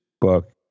book